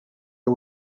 who